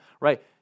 right